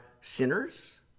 sinners